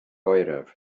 oeraf